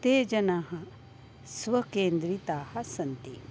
ते जनाः स्वकेन्द्रिताः सन्ति